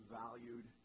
valued